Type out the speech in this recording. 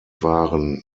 waren